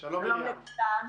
לכולם.